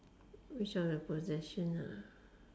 which are the possession ah